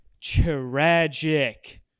tragic